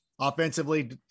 offensively